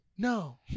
No